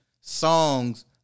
songs